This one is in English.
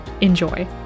Enjoy